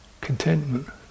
contentment